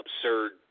absurd